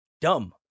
dumb